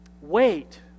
wait